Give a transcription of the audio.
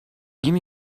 give